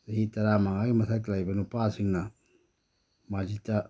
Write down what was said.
ꯆꯍꯤ ꯇꯔꯥꯃꯉꯥꯒꯤ ꯃꯊꯛꯇ ꯂꯩꯕ ꯅꯨꯄꯥꯁꯤꯡꯅ ꯃꯁꯖꯤꯠꯇ